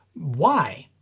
why?